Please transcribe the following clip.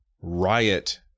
Riot